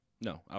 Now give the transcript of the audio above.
No